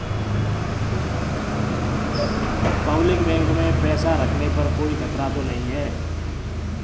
Public bank में पैसा रखने पर कोई खतरा तो नहीं है?